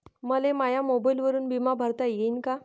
मले माया मोबाईलवरून बिमा भरता येईन का?